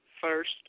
first